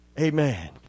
Amen